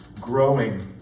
growing